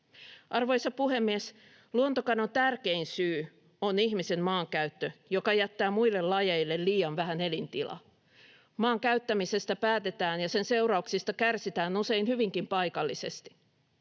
Arvoisa puhemies! Luontokadon tärkein syy on ihmisen maankäyttö, joka jättää muille lajeille liian vähän elintilaa. Maan käyttämisestä päätetään ja sen seurauksista kärsitään usein hyvinkin paikallisesti.